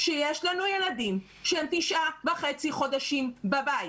כשיש לנו ילדים שהם תשעה וחצי חודשים בבית,